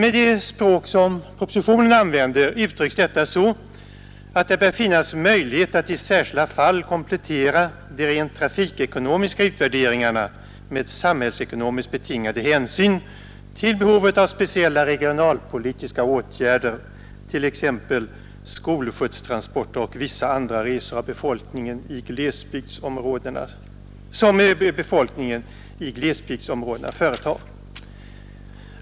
I propositionen formuleras uttalandet så att det bör finnas möjlighet att i särskilda fall komplettera de rent trafikekonomiska utvärderingarna med samhällsekonomiskt betingade hänsyn till behovet av speciella regionalpolitiska åtgärder, t.ex. skolskjutstransporter och vissa andra resor, som befolkningen i glesbygdsområden företar.